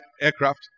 aircraft